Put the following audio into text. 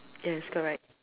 yes correct